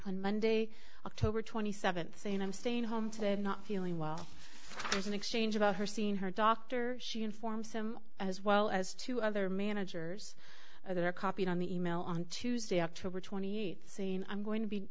on monday october twenty seventh saying i'm staying home today and not feeling well here's an exchange about her seeing her doctor she informs him as well as to other managers that are copied on the e mail on tuesday october twenty eighth saying i'm going to be